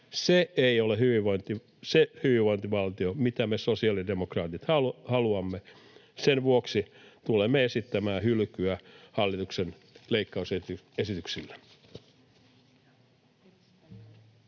Se ei ole se hyvinvointivaltio, mitä me sosiaalidemokraatit haluamme. Sen vuoksi tulemme esittämään hylkyä hallituksen leikkausesityksille.